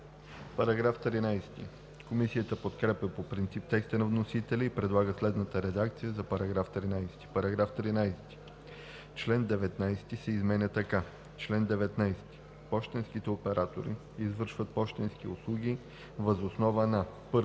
ЛЕТИФОВ: Комисията подкрепя по принцип текста на вносителя и предлага следната редакция за § 13: „§ 13. Член 19 се изменя така: „Чл. 19. Пощенските оператори извършват пощенски услуги въз основа на: